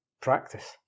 practice